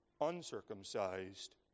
uncircumcised